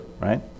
right